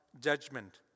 judgment